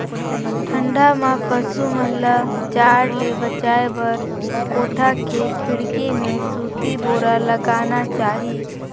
ठंडा में पसु मन ल जाड़ ले बचाये बर कोठा के खिड़की में सूती बोरा लगाना चाही